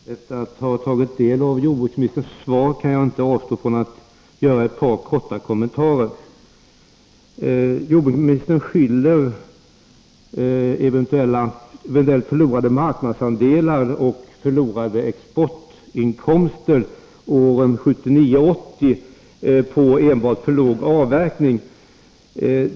Herr talman! Efter att ha tagit del av jordbruksministerns svar kan jag inte avstå från att göra ett par korta kommentarer. Jordbruksministern skyller eventuellt förlorade marknadsandelar och förlorade exportinkomster åren 1979-1980 på enbart för låg avverkning.